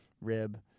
rib